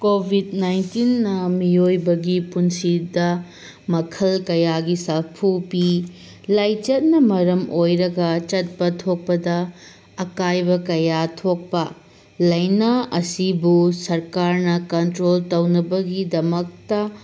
Covid ꯅꯥꯏꯟꯇꯤꯟꯅ ꯃꯤꯑꯣꯏꯕꯒꯤ ꯄꯨꯟꯁꯤꯗ ꯃꯈꯜ ꯀꯌꯥꯒꯤ ꯁꯥꯐꯨ ꯄꯤ ꯂꯥꯏꯆꯠꯅ ꯃꯔꯝ ꯑꯣꯏꯔꯒ ꯆꯠꯄ ꯊꯣꯛꯄꯗ ꯑꯀꯥꯏꯕ ꯀꯌꯥ ꯊꯣꯛꯄ ꯂꯩꯅꯥ ꯑꯁꯤꯕꯨ ꯁꯔꯀꯥꯔꯅ ꯀꯟꯇ꯭ꯔꯣꯜ ꯇꯧꯅꯕꯒꯤꯗꯃꯛꯇ